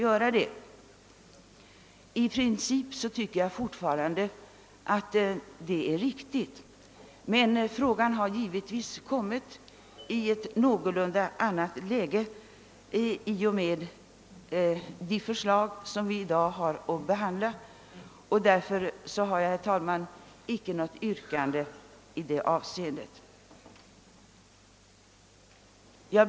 Jag tycker fortfarande att detta är riktigt i princip, men frågan har givetvis kommit i ett något annat läge i och med de förslag vi i dag har att behandla, och därför har jag, herr talman, inget yrkande härvidlag.